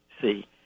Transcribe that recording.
see